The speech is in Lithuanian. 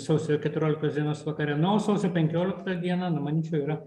sausio keturioliktos dienos vakare na o sausio penkioliktą dieną nu mančiau yra